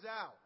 out